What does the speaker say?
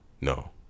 No